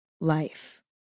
life